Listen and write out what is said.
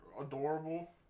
Adorable